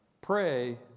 Pray